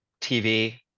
TV